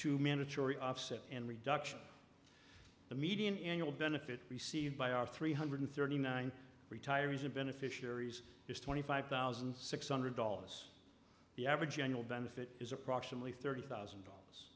to mandatory offset and reduction the median annual benefit received by our three hundred thirty nine retirees in beneficiaries is twenty five thousand six hundred dollars the average annual benefit is approximately thirty thousand dollars